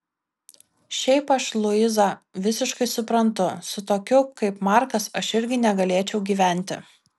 šiaip aš luizą visiškai suprantu su tokiu kaip markas aš irgi negalėčiau gyventi